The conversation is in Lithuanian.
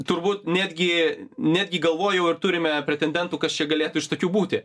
turbūt netgi netgi galvojau ar turime pretendentų kas čia galėtų iš tokių būti